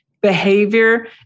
behavior